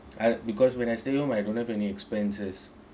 I because when I stay home I don't have any expenses